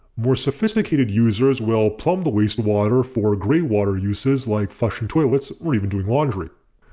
more sophisticated users will plumb the wastewater for grey water uses like flushing toilets or even doing laundry.